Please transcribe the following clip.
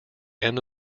end